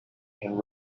and